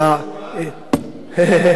יש תשובה?